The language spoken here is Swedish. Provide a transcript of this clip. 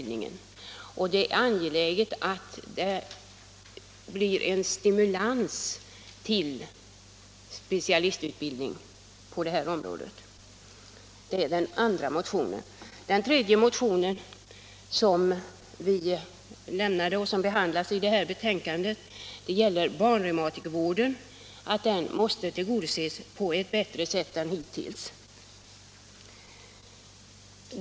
Det är därför angeläget att specialistutbildningen på det här området stimuleras. I ett tredje motionsyrkande begär vi att barnreumatikervården skall tillgodoses på ett bättre sätt än hittills.